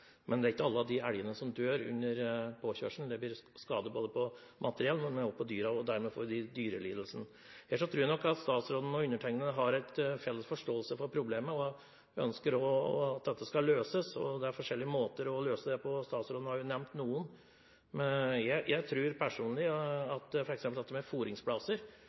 Men ikke alle elgene dør under påkjørselen, det blir skader både på materiell og på dyrene, og dermed får vi dyrelidelser. Ellers tror jeg nok at statsråden og undertegnede har en felles forståelse for problemet og ønsker at det skal løses. Det er forskjellige måter å løse det på, og statsråden har nevnt noe. Jeg tror personlig at f.eks. fôringsplasser er en god ting, slik at elgen har et sted hvor han kan få mat, som ikke er